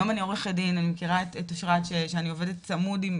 היום אני עורכת דין ואני מכירה את אושרת שאיתה אני עובדת בצמוד עם